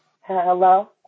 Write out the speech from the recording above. Hello